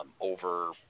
over –